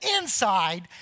inside